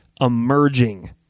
emerging